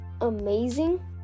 amazing